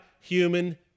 human